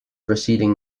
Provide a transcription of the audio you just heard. preceding